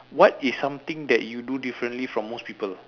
what is something that you do differently from most people